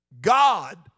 God